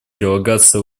прилагаться